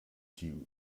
die